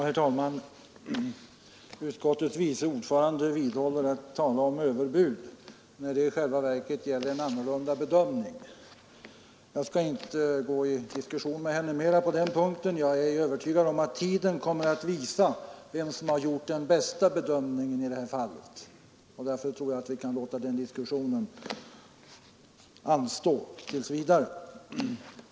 Herr talman! Utskottets vice ordförande vidhåller talet om överbud när det i själva verket gäller en annorlunda bedömning. Jag skall inte gå in på någon ytterligare diskussion med henne på denna punkt. Jag är övertygad om att tiden kommer att visa vem som har gjort den bästa bedömningen i detta fall. Därför tror jag att vi kan låta den diskussionen anstå tills vidare.